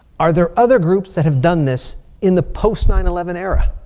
are there other groups that have done this in the post nine eleven era?